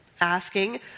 asking